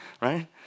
right